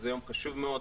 זה יום חשוב מאוד,